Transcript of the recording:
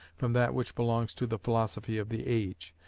from that which belongs to the philosophy of the age,